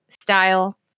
style